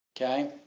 okay